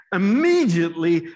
immediately